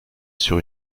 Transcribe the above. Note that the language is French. sur